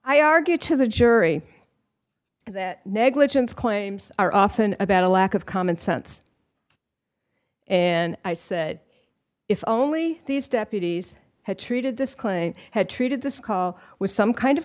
i argue to the jury that negligence claims are often about a lack of common sense and i said if only these deputies had treated this claim had treated this call with some kind of